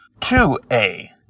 2a